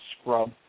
Scrub